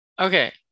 okay